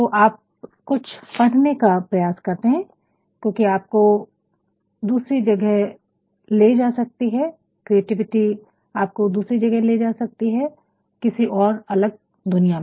तो आप कुछ पढ़ने का प्रयास करते हैं क्योंकि आपको दूसरी जगह ले जा सकती हैं किसी और अलग दुनिया में